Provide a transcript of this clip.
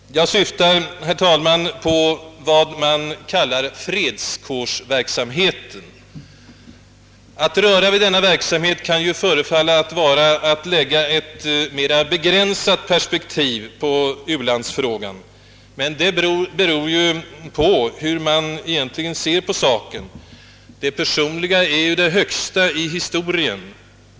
Jag syftar på vad man kallar fredskårsverksamheten. Att röra vid denna verksamhet:i denna debatt. kan förefalla vara. att anlägga ett rätt begränsat perspektiv på u-landsfrågan. Men det beror ju alldeles på hur man egentligen ser på saken. Det. personliga är ju det högsta i' Historien.